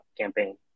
campaign